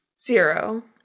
Zero